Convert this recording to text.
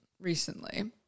recently